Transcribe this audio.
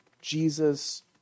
Jesus